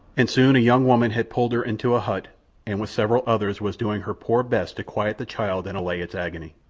and soon a young woman had pulled her into a hut and with several others was doing her poor best to quiet the child and allay its agony.